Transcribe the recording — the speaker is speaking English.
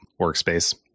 workspace